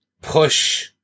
push